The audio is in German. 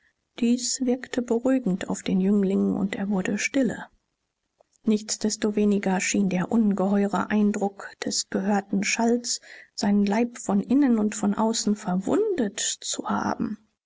dies wirkte beruhigend auf den jüngling und er wurde stille nichtsdestoweniger schien der ungeheure eindruck des gehörten schalls seinen leib von innen und von außen verwundet zu haben